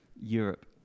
Europe